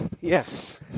Yes